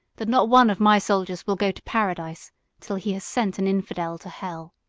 that not one of my soldiers will go to paradise till he has sent an infidel to hell.